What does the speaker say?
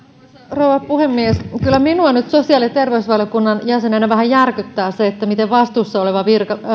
rouva puhemies kyllä minua nyt sosiaali ja terveysvaliokunnan jäsenenä vähän järkyttää se miten vastuussa oleva